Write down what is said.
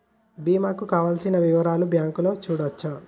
బీమా కు కావలసిన వివరాలను బ్యాంకులో చూడొచ్చా?